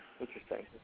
Interesting